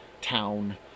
town